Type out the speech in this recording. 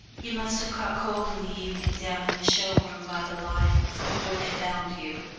you must have caught cold in the evening down in the show-room by the lions, before they found you.